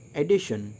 addition